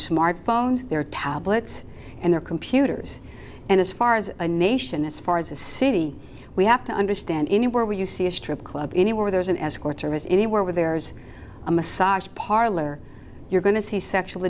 smartphones or tablets and their computers and as far as a nation as far as a city we have to understand anywhere where you see a strip club anywhere there's an escort service anywhere with there's a massage parlor you're going to see sexual